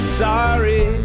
sorry